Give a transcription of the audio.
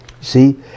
see